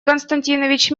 константинович